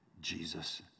jesus